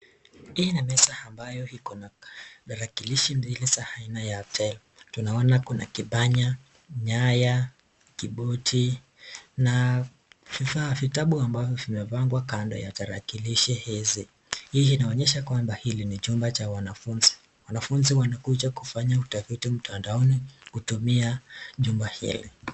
Hii ni meza ambayo iko na tarakilishi mbili za aina ya 'Dell' ,tunaona kuna kipanya, nyaya, kibodi na vifaa, vitabu ambavyo vimepangwa kando ya tarakilishi hizi. Hii inaonyesha kwamba hili ni chumba cha wanafunzi, wanafunzi wanakuja kufanya utafiti mtandaoni kutumia chumba hili.